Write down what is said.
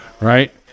right